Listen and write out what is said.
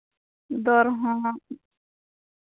ᱫᱚᱨ ᱦᱚᱸ